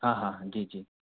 हाँ हाँ जी जी